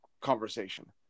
conversation